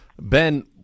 Ben